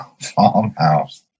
farmhouse